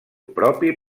propi